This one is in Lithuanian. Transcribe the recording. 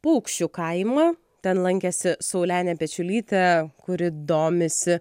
paukščių kaimą ten lankėsi saulenė pečiulytė kuri domisi